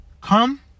come